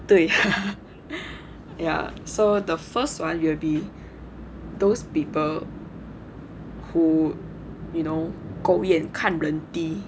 对 ya so the first one will be those people who you know 狗眼看人低